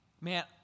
Man